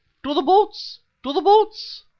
to the boats! to the boats!